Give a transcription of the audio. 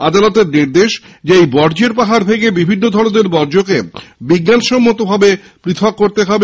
আদালতের নির্দেশ এই বর্জ্য পাহাড় ভেঙে বিভিন্ন ধরনের বর্জ্যকে বিজ্ঞানসম্মত ভাবে পৃথক করতে হবে